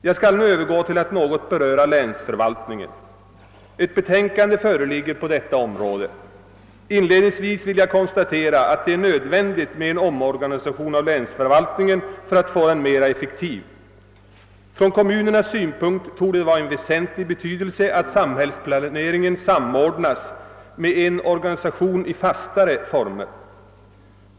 Jag skall nu övergå till att något beröra länsförvaltningen. Ett betänkande föreligger även på detta område. Inledningsvis vill jag konstatera att det är nödvändigt med en omorganisation av länsförvaltningen för att få denna mer effektiv. Från kommunernas synpunkt torde det vara av väsentlig betydelse att samhällsplaneringen samordnas med en organisation i fastare former.